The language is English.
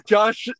Josh